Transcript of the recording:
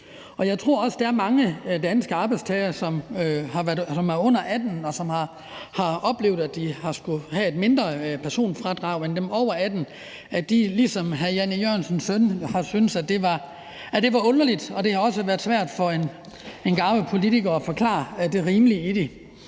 Jeg tror, der er mange danske arbejdstagere, som er under 18 år, og som har oplevet at have et mindre personfradrag end dem over 18 år, og at de ligesom hr. Jan E. Jørgensens søn har syntes, at det var underligt. Det har også været svært for en garvet politiker at forklare det rimelige i det.